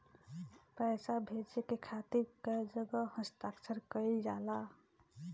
पैसा भेजे के खातिर कै जगह हस्ताक्षर कैइल जाला?